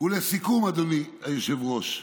ולסיכום, אדוני היושב-ראש,